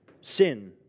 sin